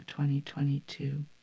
2022